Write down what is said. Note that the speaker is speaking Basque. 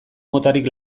motarik